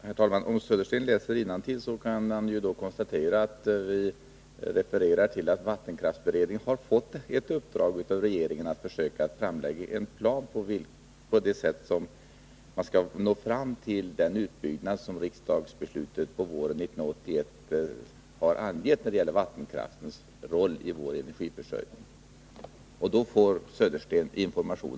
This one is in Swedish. Herr talman! Om Bo Södersten läser innantill kan han konstatera att vi refererar till att vattenkraftsberedningen har fått ett uppdrag av regeringen att försöka framlägga en plan över hur man skall nå fram till den utbyggnad som riksdagsbeslutet på våren 1981 har angett när det gäller vattenkraftens roll i vår energiförsörjning. På det sättet får Bo Södersten information.